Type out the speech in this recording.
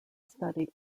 study